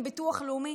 עם ביטוח לאומי,